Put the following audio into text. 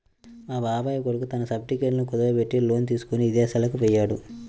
మా బాబాయ్ కొడుకు తన సర్టిఫికెట్లను కుదువబెట్టి లోను తీసుకొని ఇదేశాలకు పొయ్యాడు